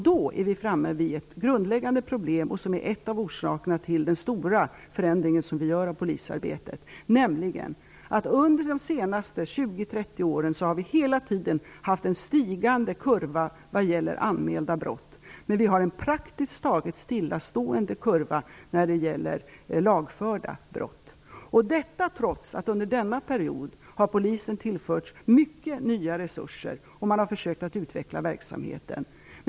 Då är vi framme vid ett grundläggande problem som är en av orsakerna till den stora förändring som vi gör av polisarbetet: Under de senaste 20-30 åren har vi hela tiden haft en stigande kurva när det gäller anmälda brott, men vi har en praktiskt taget stillastående kurva när det gäller lagförda brott, detta trots att polisen under denna period tillförts mycket nya resurser. Man har också försökt utveckla verksamheten.